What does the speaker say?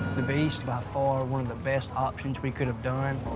the beast, by far, one of the best options we could've done.